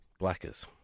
Blackers